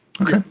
Okay